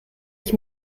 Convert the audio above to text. ich